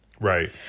Right